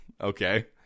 Okay